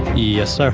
yes, sir.